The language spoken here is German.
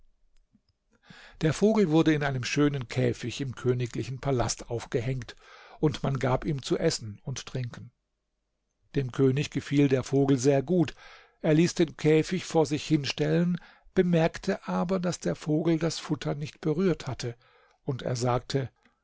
der vogel wurde in einem schönen käfig im königlichen palast aufgehängt und man gab ihm zu essen und trinken dem könig gefiel der vogel sehr gut er ließ den käfig vor sich hinstellen bemerkte aber daß der vogel das futter nicht berührt hatte und er sagte